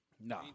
No